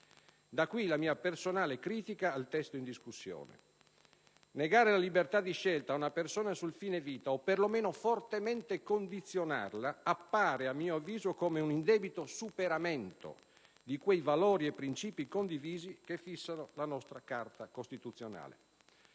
Da qui la mia personale critica al testo in discussione. Negare la libertà di scelta ad una persona sul fine vita o perlomeno fortemente condizionarla appare a mio avviso come un indebito superamento di quei valori e princìpi condivisi che fissano la nostra Carta costituzionale.